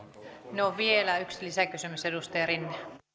no vielä yksi lisäkysymys edustaja rinne